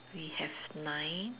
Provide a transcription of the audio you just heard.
we have nine